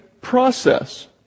process